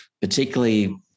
particularly